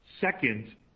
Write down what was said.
Second